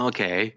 Okay